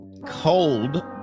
cold